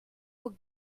but